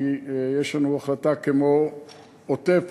כי יש לנו החלטה כמו עוטף-עזה.